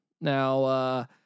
Now